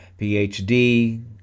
PhD